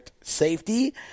safety